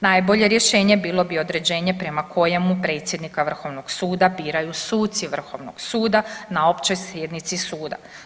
Najbolje rješenje bilo bi određenje prema kojemu predsjednika Vrhovnoga suda biraju suci Vrhovnog suda na općoj sjednici suda.